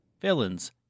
villains